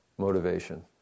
motivation